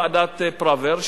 בוועדת-פראוור,